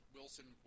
Wilson